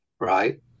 right